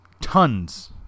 tons